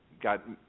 got